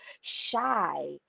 shy